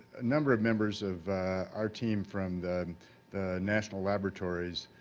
a number of members of our team from the the national laboratories,